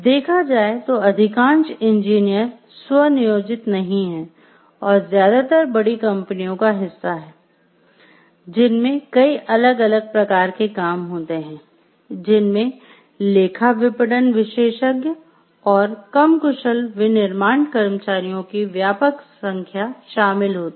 देखा जाए तो अधिकांश इंजीनियर स्व नियोजित नहीं हैं और ज्यादातर बड़ी कंपनियों का हिस्सा है जिनमे कई अलग अलग प्रकार के काम होते हैं जिनमे लेखा विपणन विशेषज्ञ और कम कुशल विनिर्माण कर्मचारियों की व्यापक संख्या शामिल होती है